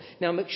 Now